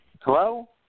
Hello